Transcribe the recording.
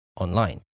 online